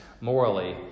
morally